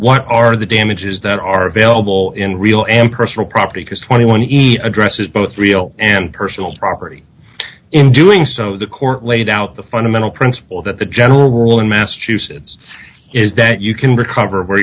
what are the damages that are available in real and personal property because twenty one eat addresses both real and personal property in doing so the court laid out the fundamental principle that the general rule in massachusetts is that you can recover where